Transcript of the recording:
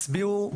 הצביעו,